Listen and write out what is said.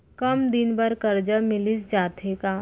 कम दिन बर करजा मिलिस जाथे का?